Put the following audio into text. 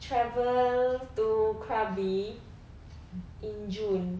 travel to krabi in june